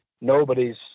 nobody's